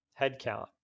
headcount